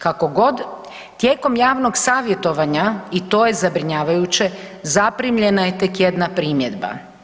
Kako god, tijekom javnog savjetovanja i to je zabrinjavajuće zaprimljena je tek jedna primjedba.